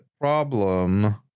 problem